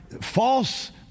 false